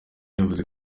yavuze